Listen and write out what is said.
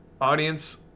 Audience